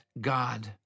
God